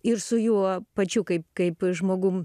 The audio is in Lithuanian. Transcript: ir su juo pačiu kaip kaip žmogum